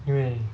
因为